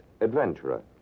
adventurer